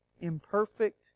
imperfect